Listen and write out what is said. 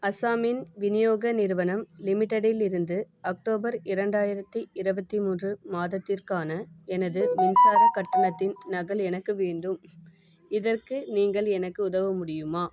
அசாம் மின் விநியோக நிறுவனம் லிமிட்டெடிலிருந்து அக்டோபர் இரண்டாயிரத்தி இருவத்தி மூன்று மாதத்திற்கான எனது மின்சாரக் கட்டணத்தின் நகல் எனக்கு வேண்டும் இதற்கு நீங்கள் எனக்கு உதவ முடியுமா